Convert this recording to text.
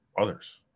others